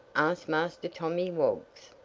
ask master tommy woggs.